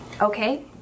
Okay